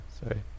Sorry